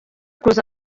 kuza